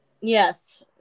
Yes